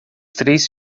três